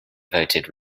voted